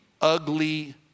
ugly